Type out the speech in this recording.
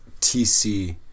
TC